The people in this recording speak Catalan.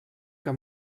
que